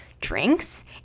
drinks